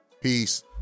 Peace